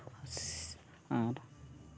ᱥᱮ ᱟᱨ